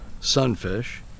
sunfish